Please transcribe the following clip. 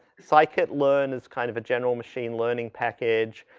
scikit-learn is kind of a general machine learning package.